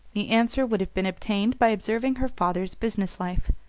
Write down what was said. the answer would have been obtained by observing her father's business life.